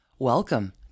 Welcome